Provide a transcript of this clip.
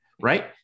Right